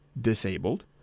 disabled